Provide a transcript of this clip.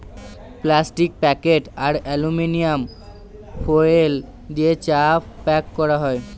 plastic packet আর aluminium foil দিয়ে চা প্যাক করা যায়